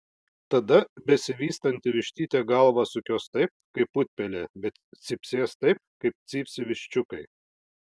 tada besivystanti vištytė galvą sukios taip kaip putpelė bet cypsės taip kaip cypsi viščiukai